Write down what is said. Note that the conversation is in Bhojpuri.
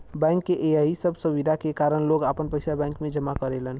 बैंक के यही सब सुविधा के कारन लोग आपन पइसा बैंक में जमा करेलन